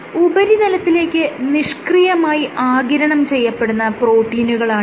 ഉപരിതലത്തിലേക്ക് നിഷ്ക്രിയമായി ആഗിരണം ചെയ്യപ്പെടുന്ന പ്രോട്ടീനുകളാണിവ